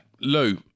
Lou